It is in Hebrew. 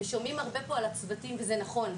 ושומעים פה הרבה על הצוותים וזה נכון,